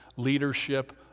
leadership